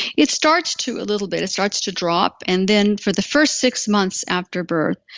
it starts to a little bit, it starts to drop, and then for the first six months after birth,